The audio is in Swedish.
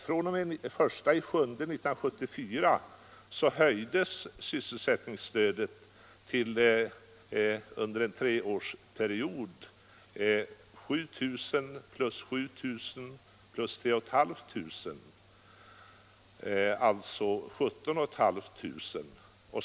fr.o.m. den 1 juli 1974 höjdes sysselsättningsstödet till, under en treårsperiod, 7 000 plus 7 000 plus 3 500 kr., alltså 17 500 kr.